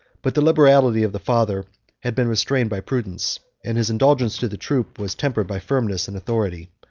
but the liberality of the father had been restrained by prudence, and his indulgence to the troops was tempered by firmness and authority.